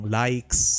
likes